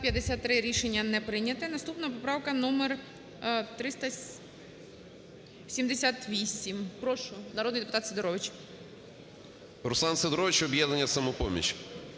Руслан Сидорович, "Об'єднання "Самопоміч".